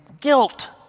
guilt